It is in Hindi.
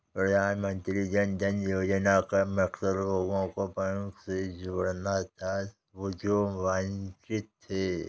प्रधानमंत्री जन धन योजना का मकसद लोगों को बैंकिंग से जोड़ना था जो वंचित थे